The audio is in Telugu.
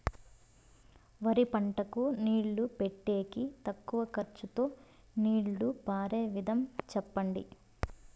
వరి పంటకు నీళ్లు పెట్టేకి తక్కువ ఖర్చుతో నీళ్లు పారే విధం చెప్పండి?